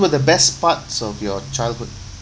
was the best parts of your childhood